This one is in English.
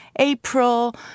April